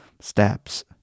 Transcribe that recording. steps